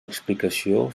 explicació